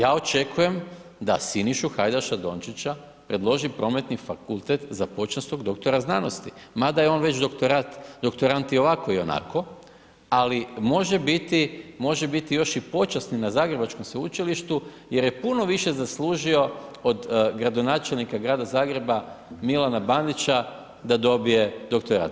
Ja očekujem da Sinišu Hajdaša Dončića predloži Prometni fakultet za počasnog doktora znanosti, mada je on već doktorat, doktorant i ovako, i onako, ali može biti, može biti još i počasni na zagrebačkom sveučilištu, jer je puno više zaslužio od gradonačelnika Grada Zagreba, Milana Bandića, da dobije doktorat.